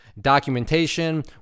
documentation